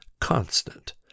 constant